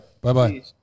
Bye-bye